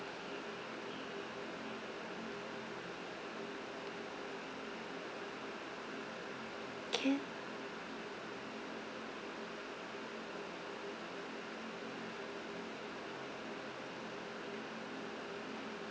can